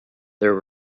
there